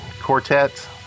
quartet